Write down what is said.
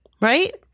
Right